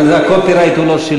אבל הקופירייט הוא לא שלי,